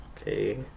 Okay